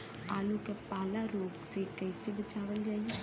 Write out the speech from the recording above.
आलू के पाला रोग से कईसे बचावल जाई?